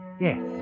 Yes